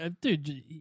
dude